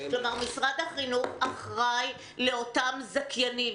כלומר משרד החינוך אחראי לאותם זכיינים.